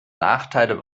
nachteile